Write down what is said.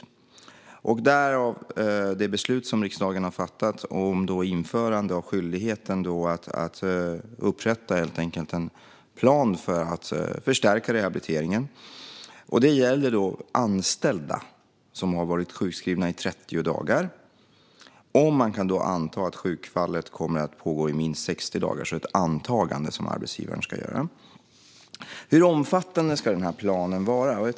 Detta är grunden till det beslut som riksdagen har fattat om införande av skyldigheten att upprätta en plan för att förstärka rehabiliteringen. Det gäller anställda som har varit sjukskrivna i 30 dagar, om man kan anta att sjukfallet kommer att pågå i minst 60 dagar. Det är alltså ett antagande som arbetsgivaren ska göra. Hur omfattande ska då planen vara?